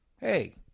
hey